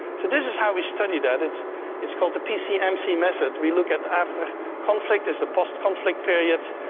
so this is how we study that. it's it's called the pcmc method. we look at after conflict, there's a post-conflict period,